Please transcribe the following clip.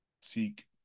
seek